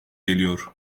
geliyor